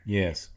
yes